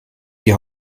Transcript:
die